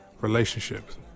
relationships